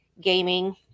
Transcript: gaming